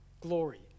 glory